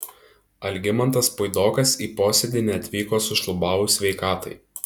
algimantas puidokas į posėdį neatvyko sušlubavus sveikatai